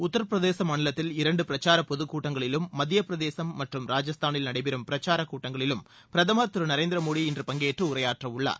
உத்தரப்பிரதேச மாநிலத்தில் இரண்டு பிரச்சார பொதுக் கூட்டங்களிலும் மத்தியபிரதேசும் மற்றும் ராஜஸ்தானில் நடைபெறும் பிரச்சாரக் கூட்டங்களிலும் பிரதமர் திரு நரேந்திர மோடி இன்று பங்கேற்று உரையாற்றவுள்ளார்